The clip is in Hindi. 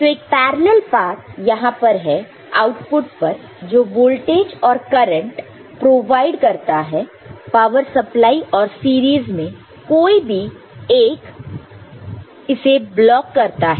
तो एक पैरलल पात यहां पर है आउटपुट पर जो वोल्टेज और करंट प्रोवाइड करता है पावर सप्लाई और सीरीज में कोई भी एक इसे ब्लॉक करता है